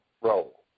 role